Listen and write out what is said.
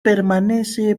permanece